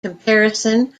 comparison